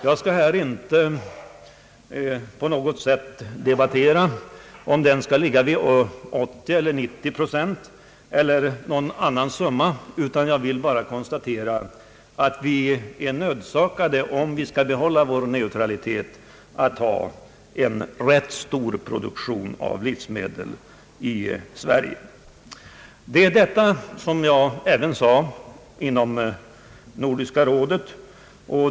Jag skall inte här ta upp till debatt om den skall ligga vid 80 eller 90 procent eller vid något annat procenttal, utan jag vill bara konstatera att vi är nödsakade, om vi skall behålla vår neutralitet, att ha en rätt stor produktion av livsmedel i Sverige. Det var just detta jag sade även inom Nordiska rådet.